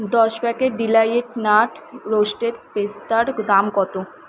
দশ packet delight nuts roasted পেস্তার দাম কত